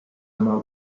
oma